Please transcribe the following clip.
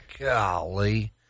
Golly